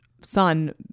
son